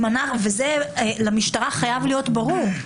זה חייב להיות ברור למשטרה.